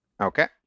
Okay